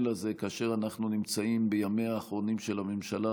לזה כאשר אנחנו נמצאים בימיה האחרונים של הממשלה.